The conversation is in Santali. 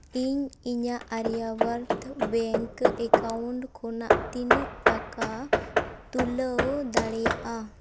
ᱤᱧ ᱤᱧᱟᱹᱜ ᱟᱨᱭᱟᱵᱚᱨᱛᱷ ᱵᱮᱝᱠ ᱮᱠᱟᱣᱩᱱᱴ ᱠᱷᱚᱱᱟᱜ ᱛᱤᱱᱟᱹᱜ ᱴᱟᱠᱟ ᱛᱩᱞᱟᱹᱣ ᱫᱟᱲᱮᱭᱟᱜᱼᱟ